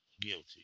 guilty